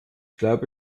glaube